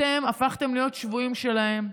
אתם הפכתם להיות שבויים שלהם,